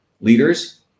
leaders